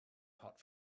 hot